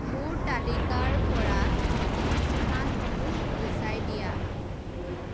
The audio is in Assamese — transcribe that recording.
মোৰ তালিকাৰ পৰা অনুষ্ঠানসমূহ গুচাই দিয়া